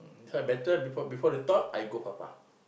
hmm better before before they talk I go far far